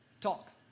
Talk